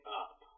up